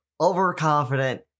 overconfident